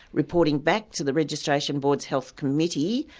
reporting back to the registration board's health committee,